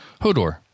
Hodor